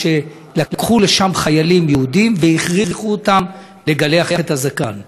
שלקחו לשם חיילים יהודים והכריחו אותם לגלח את הזקן.